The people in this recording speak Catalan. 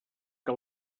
que